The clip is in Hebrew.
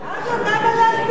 משרד הפנים (הנהלת המשרד),